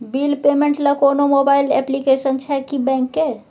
Bill payment ल कोनो mobile application छै की बैंक के?